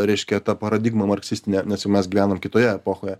reiškia tą paradigmą marksistinė nes jau mes gyvenom kitoje epochoje